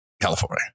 California